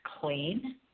clean